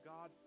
God